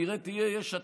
שכנראה תהיה יש עתיד,